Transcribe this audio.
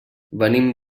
venim